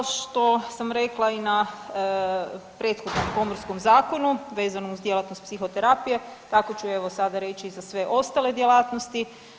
Kao što sam rekla i na prethodnom pomorskom zakonu vezano uz djelatnost psihoterapije tako ću i evo sada reći i za sve ostale djelatnosti.